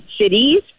cities